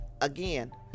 Again